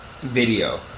video